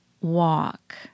walk